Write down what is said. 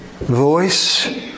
voice